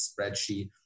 spreadsheet